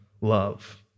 love